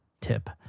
tip